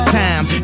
time